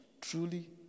truly